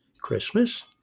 Christmas